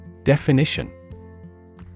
Definition